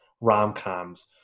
rom-coms